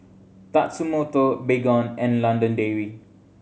Tatsumoto Baygon and London Dairy